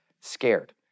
scared